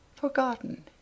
forgotten